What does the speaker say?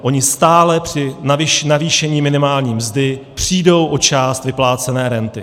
Oni stále při navýšení minimální mzdy přijdou o část vyplácené renty.